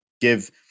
give